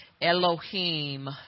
Elohim